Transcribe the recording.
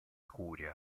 curia